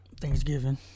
Thanksgiving